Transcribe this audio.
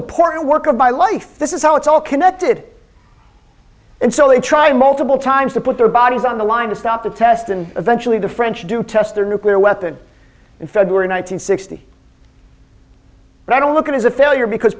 important work of my life this is how it's all connected and so they tried multiple times to put their bodies on the line to stop the test and eventually the french do test their nuclear weapon in february one nine hundred sixty but i don't look at as a failure because